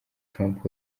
trump